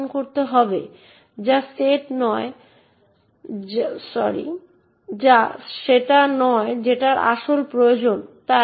আমরা দেখেছিলাম কীভাবে অ্যাক্সেস কন্ট্রোল নীতিগুলি হার্ডওয়্যারে প্রয়োগ করা হয় এবং ডিসক্রিশনারি অ্যাক্সেস কন্ট্রোলের একটি খুব আদিম রূপ যা অনেকগুলি অপারেটিং সিস্টেমে প্রয়োগ করা হয়